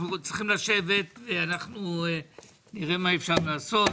אנחנו צריכים לשבת ונראה מה אפשר לעשות.